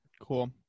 cool